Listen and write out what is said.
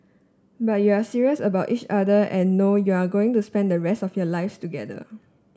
but you're serious about each other and know you're going to spend the rest of your live together